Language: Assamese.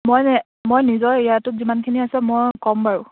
মই মই নিজৰ এৰিয়াটোত যিমানখিনি আছে মই ক'ম বাৰু